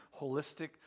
holistic